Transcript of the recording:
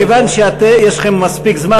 מכיוון שיש לכם מספיק זמן,